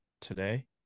Today